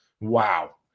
wow